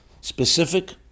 specific